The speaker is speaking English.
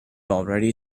already